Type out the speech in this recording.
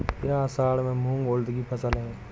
क्या असड़ में मूंग उर्द कि फसल है?